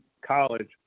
college